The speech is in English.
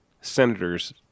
Senators